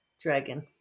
dragon